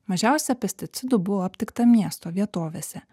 mažiausia pesticidų buvo aptikta miesto vietovėse